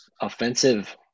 offensive